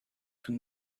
from